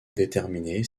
déterminer